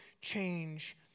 change